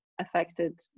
affected